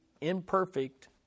imperfect